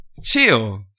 Chill